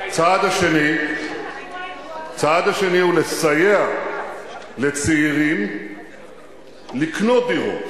הצעד השני הוא לסייע לצעירים לקנות דירות